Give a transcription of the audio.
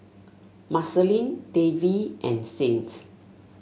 Marceline Davy and Saint